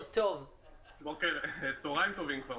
צהריים טובים.